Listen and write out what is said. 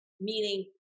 meaning